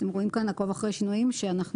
אתם רואים כאן עקוב אחר שינויים שערכנו